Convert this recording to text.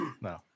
no